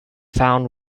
found